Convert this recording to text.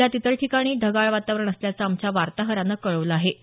जिल्ह्यात इतर ठिकाणीही ढगाळ वातावरण असल्याचं आमच्या वार्ताहरानं कळवलं आहे